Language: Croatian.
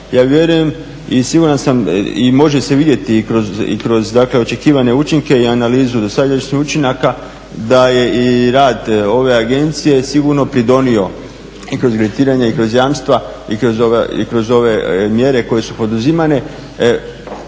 Ja vjerujem i siguran sam i može se vidjeti i kroz, dakle očekivane učinke i analizu dosadašnjih učinaka da je i rad ove agencije sigurno pridonio i kroz kreditiranje i kroz jamstva i kroz ove mjere koje su poduzimane